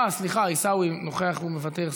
אה, סליחה, עיסאווי, נוכח ומוותר.